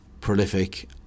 prolific